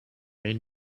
made